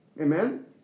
Amen